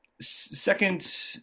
second